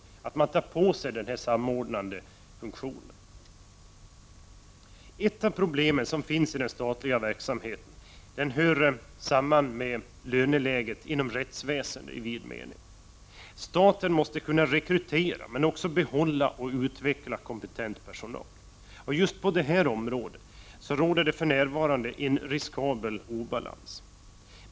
Man måste ta på sig en samordnande funktion. Ett problem i den statliga verksamheten hör samman med löneläget inom rättsväsendet i vid mening. Staten måste kunna rekrytera men också behålla och utveckla kompetent personal. Just på detta område är det för närvarande en riskabel obalans.